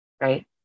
right